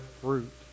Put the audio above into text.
fruit